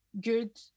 good